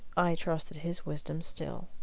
i trusted his wisdom still.